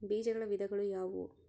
ಬೇಜಗಳ ವಿಧಗಳು ಯಾವುವು?